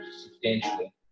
substantially